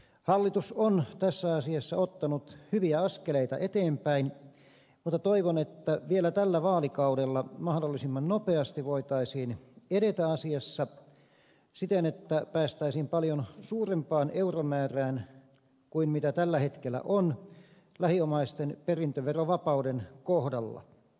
hallitus on tässä asiassa ottanut hyviä askeleita eteenpäin mutta toivon että vielä tällä vaalikaudella mahdollisimman nopeasti voitaisiin edetä asiassa siten että päästäisiin paljon suurempaan euromäärään kuin mitä tällä hetkellä on lähiomaisten perintöverovapauden kohdalla